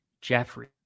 Jeffrey